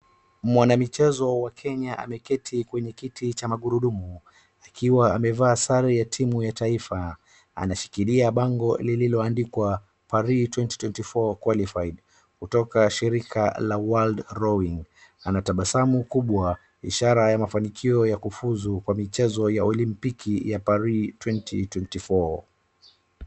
Mwanamichezo wa Kenya ameketi kwenye kiti cha magurudumu akiwa amevaa sare ya timu ya taifa. Anashikilia bango lililoandikwa Paris 2024 Qualified kutoka shirika la World Rowing . Anatabasamu kubwa, ishara ya mafanikio ya kufuzu kwa michezo ya Olimpiki ya Paris 2024 .